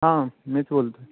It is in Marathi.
हां मीच बोलतो आहे